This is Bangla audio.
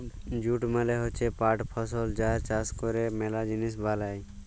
জুট মালে হচ্যে পাট ফসল যার চাষ ক্যরে ম্যালা জিলিস বালাই